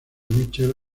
michel